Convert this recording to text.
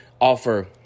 offer